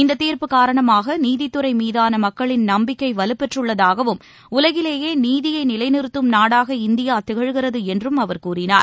இந்த தீர்ப்பு காரணமாக நீதித்துறை மீதான மக்களின் நம்பிக்கை வலுப்பெற்றுள்ளதாகவும் உலகிலேயே நீதியை நிலைநிறுத்தும் நாடாக இந்தியா திகழ்கிறது என்றும் அவர் கூறினார்